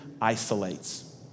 isolates